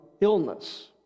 illness